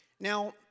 Now